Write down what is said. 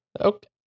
Okay